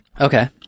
Okay